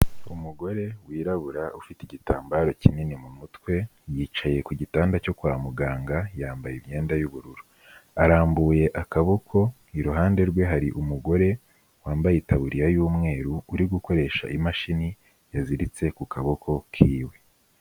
Umugore wirabura ufite igitambaro kinini mu mutwe, yicaye ku gitanda cyo kwa muganga, yambaye imyenda y'ubururu, arambuye akaboko, iruhande rwe hari umugore wambaye itaburiya y'umweru, uri gukoresha imashini yaziritse ku kaboko kiwe,